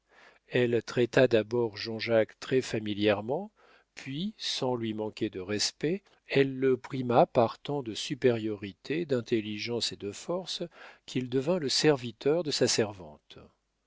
elle traita d'abord jean-jacques très familièrement puis sans lui manquer de respect elle le prima par tant de supériorité d'intelligence et de force qu'il devint le serviteur de sa servante